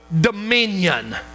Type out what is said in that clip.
dominion